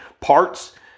parts